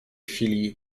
chwili